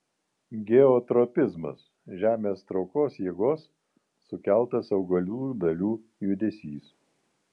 geotropizmas žemės traukos jėgos sukeltas augalų dalių judesys